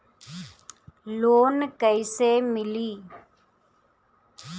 Loan कइसे मिली?